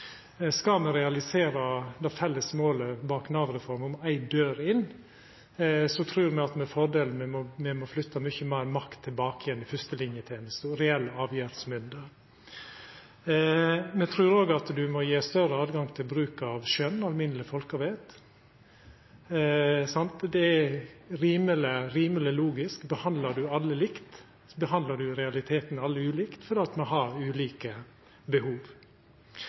Skal me realisera det felles målet bak Nav-reforma med ei dør inn, trur eg at me med fordel må flytta mykje meir makt tilbake igjen til førstelinetenesta og reell avgjerdsmynde. Me trur òg at ein må gje større høve til bruk av skjønn, alminneleg folkevett. Det er rimeleg logisk. Behandlar du alle likt, behandlar du i realiteten alle ulikt, for me har ulike behov.